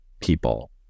people